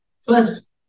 First